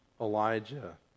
Elijah